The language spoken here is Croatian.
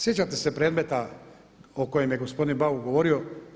Sjećate se predmeta o kojem je gospodin Bauk govorio?